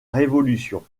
révolution